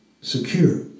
Secure